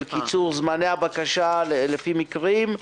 של קיצור זמני הבקשה לפי מקרים?